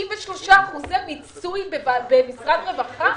63% מיצוי במשרד הרווחה?